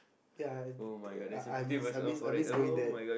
ya I I miss I miss I miss going there